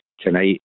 tonight